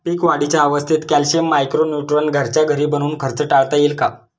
पीक वाढीच्या अवस्थेत calcium, micro neutron घरच्या घरी बनवून खर्च टाळता येईल का?